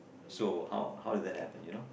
so how did that happen you know